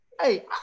hey